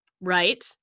right